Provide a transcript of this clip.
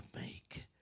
make